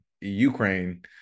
Ukraine